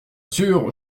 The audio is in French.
sûr